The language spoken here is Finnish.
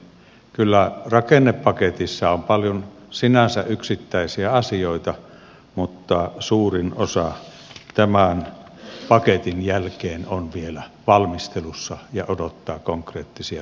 kyllä rakennepaketissa on paljon sinänsä yksittäisiä asioita mutta suurin osa tämän paketin jälkeen on vielä valmistelussa ja odottaa konkreettisia toimenpiteitä